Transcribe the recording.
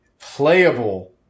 Playable